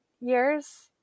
years